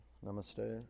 Namaste